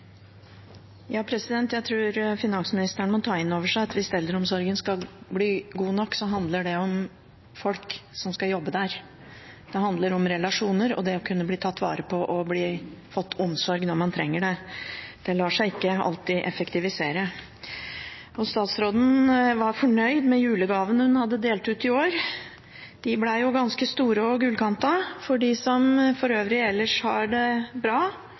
Jeg tror finansministeren må ta innover seg at hvis eldreomsorgen skal bli god nok, handler det om folkene som jobber der, og det handler om relasjoner og det å kunne bli tatt vare på og få omsorg når man trenger det. Det lar seg ikke alltid effektivisere. Statsråden var fornøyd med julegavene hun hadde delt ut i år. De ble ganske store og gullkantede for dem som allerede har det bra